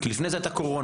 לפני זה היה קורונה.